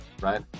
right